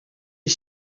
est